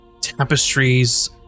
tapestries